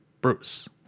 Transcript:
Bruce